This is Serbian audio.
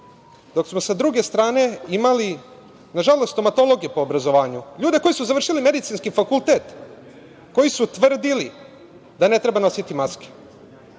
dok smo sa druge strane imali na žalost stomatologe po obrazovanju, ljude koji su završili Medicinski fakultet, koji su tvrdili da ne treba nositi maske,